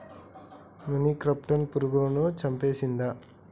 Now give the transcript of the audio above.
మొనిక్రప్టస్ పురుగులను చంపేస్తుందా?